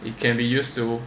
it can be used to